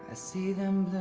ah see them